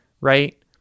right